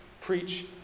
preach